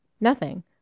Nothing